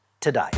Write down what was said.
today